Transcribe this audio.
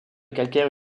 calcaire